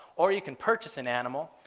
or you can purchase an animal,